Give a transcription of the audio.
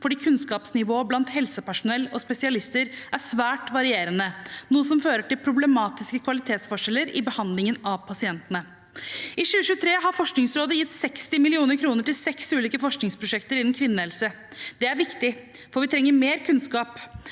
fordi kunnskapsnivået blant helsepersonell og spesialister er svært varierende, noe som fører til problematiske kvalitetsforskjeller i behandlingen av pasientene. I 2023 har Forskningsrådet gitt 60 mill. kr til seks ulike forskningsprosjekter innen kvinnehelse. Det er viktig, for vi trenger mer kunnskap.